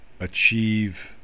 achieve